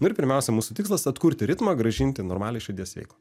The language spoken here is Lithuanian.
ir pirmiausia mūsų tikslas atkurti ritmą grąžinti normalią širdies veiklą